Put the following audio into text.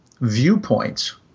viewpoints